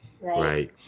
right